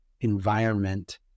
environment